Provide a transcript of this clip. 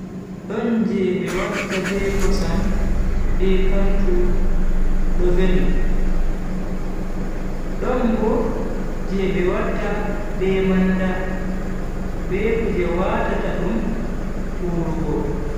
Don je be watta be kosam be kantu do veli, don bo je be watta be manda be kuje watata dum urugo.